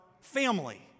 family